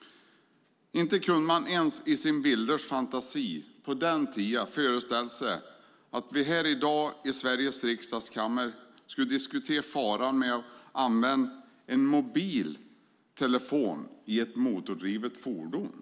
Inte kunde man ens i sin vildaste fantasi på den tiden föreställa sig att vi här i dag i Sveriges riksdags kammare diskuterar faran med att använda en mobiltelefon i ett motordrivet fordon.